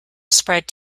spread